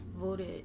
voted